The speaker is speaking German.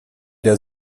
der